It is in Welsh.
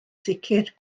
sicr